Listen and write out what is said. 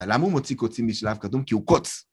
למה הוא מוציא קוצים בשלב קדום? כי הוא קוץ.